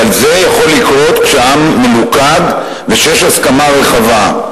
אבל זה יכול לקרות כשהעם מלוכד וכשיש הסכמה רחבה.